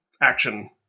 action